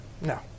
no